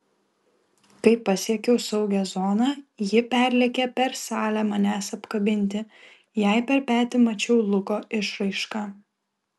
kai pasiekiau saugią zoną ji perlėkė per salę manęs apkabinti jai per petį mačiau luko išraišką